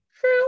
true